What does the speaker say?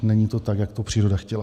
Není to tak, jak příroda chtěla.